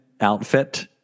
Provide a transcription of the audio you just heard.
outfit